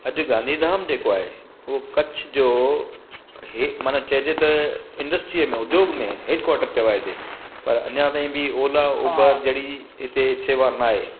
अॼु गांधीधाम जे को आहे उहा कच्छ जो ई माना चइजे त इंडस्ट्रीअ में उद्योग में हेडक्वाटर चवाइजे पर अञा ताईं बि ओला ऊबर जहिड़ी हिते सेवा नाहे